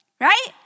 right